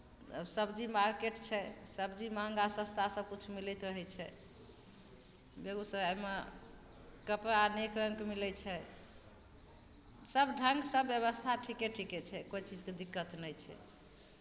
आब सबजी मारकेट छै सबजी महगा सस्ता सबकिछु मिलैत रहै छै बेगूसरायमे कपड़ा अनेक रङ्गके मिलै छै सब ढङ्ग सब बेबस्था ठिके ठिके छै कोई चीजके दिक्कत नहि छै